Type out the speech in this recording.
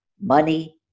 Money